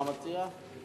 בערב שבת פרשת משפטים,